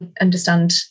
understand